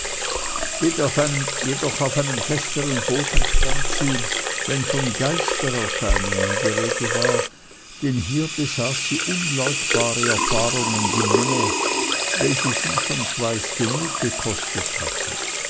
jedoch auf einem festern boden stand sie wenn von geistererscheinungen die rede war denn hier besaß sie unleugbare erfahrungen die menge welche sie schon schweiß genug gekostet hatten